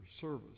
service